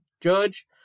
Judge